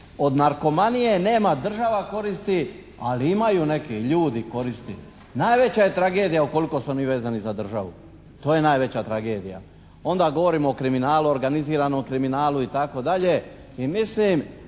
Od narkomanije nema država koristi, ali imaju neki ljudi koristi. Najveća je tragedija ukoliko su oni vezani za državu. To je najveća tragedija. Onda govorimo o kriminalu organiziranom kriminalu itd.